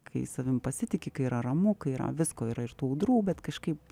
kai savim pasitiki kai yra ramu kai yra visko yra ir tų audrų bet kažkaip